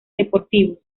deportivos